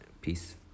peace